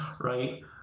right